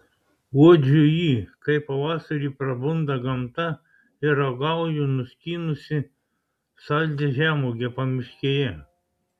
uodžiu jį kai pavasarį prabunda gamta ir ragauju nuskynusi saldžią žemuogę pamiškėje